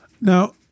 Now